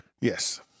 Yes